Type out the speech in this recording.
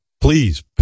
please